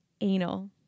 anal